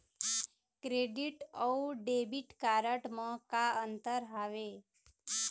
Credit अऊ debit card म का अंतर हावे?